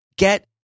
Get